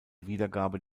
wiedergabe